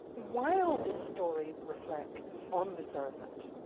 while this story reflects on the servant,